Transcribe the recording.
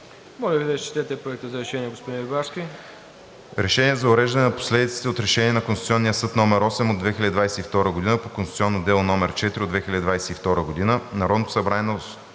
Моля Ви да изчетете и Проекта за решение, господин Рибарски.